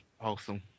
Awesome